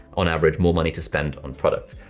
on average, more money to spend on product.